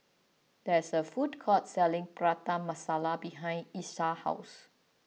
there is a food court selling Prata Masala behind Isiah's house